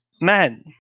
men